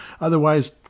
Otherwise